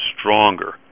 stronger